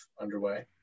underway